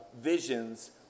visions